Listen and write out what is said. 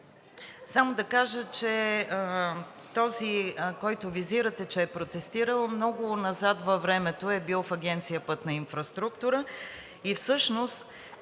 само да кажа, че този, когото визирате, че е протестирал, много назад във времето е бил в Агенция „Пътна инфраструктура“. Тази